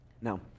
Now